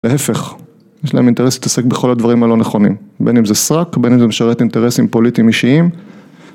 להפך יש להם אינטרס להתעסק בכל הדברים הלא נכונים בין אם זה סרק בין אם זה משרת אינטרסים פוליטים אישיים